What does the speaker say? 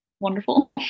wonderful